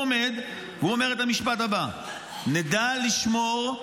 הוא עומד והוא אומר את המשפט הבא: נדע לשמור,